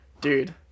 dude